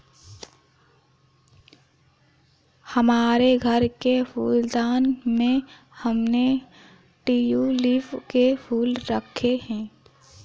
हमारे घर के फूलदान में हमने ट्यूलिप के फूल रखे हैं